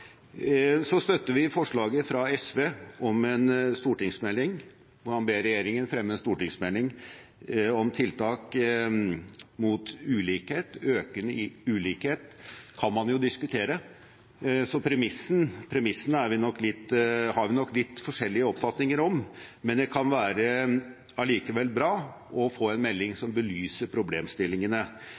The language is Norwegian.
støtter også forslaget fra SV, hvor man ber regjeringen fremme en stortingsmelding om tiltak mot økende ulikhet. Økende ulikhet kan man jo diskutere, så premissene har vi nok litt forskjellige oppfatninger om. Det kan allikevel være bra å få en melding som belyser problemstillingene,